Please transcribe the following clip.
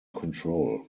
control